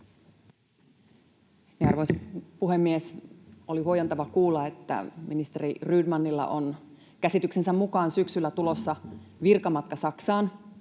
Arvoisa puhemies! Oli huojentavaa kuulla, että ministeri Rydmanilla on käsityksensä mukaan syksyllä tulossa virkamatka Saksaan.